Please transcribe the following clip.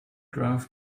graph